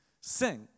sing